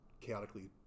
chaotically